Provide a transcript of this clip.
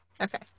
Okay